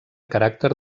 caràcter